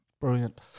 Brilliant